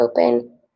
open